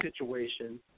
situation